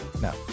no